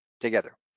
together